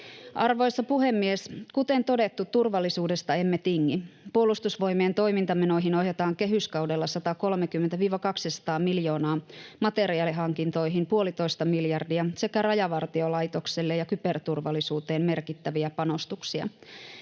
Arvoisa puhemies! Kuten todettu, turvallisuudesta emme tingi. Puolustusvoimien toimintamenoihin ohjataan kehyskaudella 130—200 miljoonaa, materiaalihankintoihin puolitoista miljardia sekä Rajavartiolaitokselle ja kyberturvallisuuteen merkittäviä panostuksia.